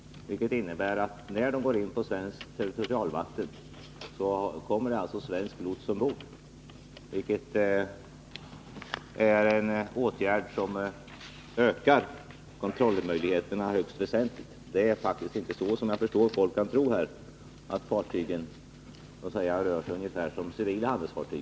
Det innebär att det kommer svensk lots ombord när de går in på svenskt territorialvatten. Det är en åtgärd som ökar kontrollmöjligheterna högst väsentligt. Det är alltså inte så — vilket jag förstår att folk kan tro — att fartygen rör sig ungefär som civila handelsfartyg.